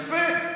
יפה.